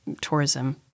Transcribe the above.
tourism